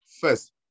First